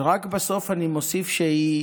ורק בסוף אני מוסיף שהיא